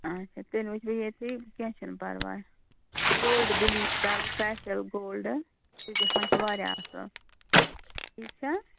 اَچھا تیٚلہِ وُچھٕ بہٕ ییٚتی کیٚنٛہہ چھُنہٕ پَرواے گولڈ بِلیٖچ کَرٕ بہٕ فٮ۪شَل گولڈ سُہ گژھان چھُ واریاہ اَصٕل ٹھیٖک چھا